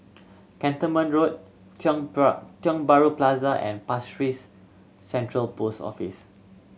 Cantonment Road Tiong Bahru Plaza and Pasir Ris Central Post Office